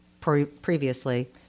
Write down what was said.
previously